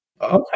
Okay